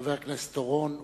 חבר הכנסת חיים אורון,